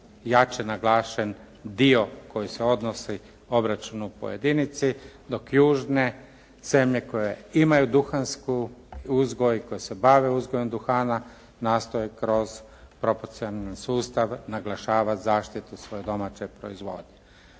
jače naglašen dio koji se odnosi obračunu po jedinici dok južne zemlje koje imaju duhanski uzgoj, koje se bave uzgojem duhana nastoje kroz proporcionalni sustav naglašavati zaštitu svoje domaće proizvodnje.